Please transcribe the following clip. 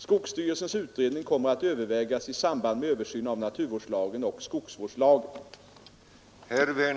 Skogsstyrelsens utredning kommer att övervägas i samband med översyn av naturvårdslagen och skogsvårdslagen.